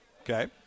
Okay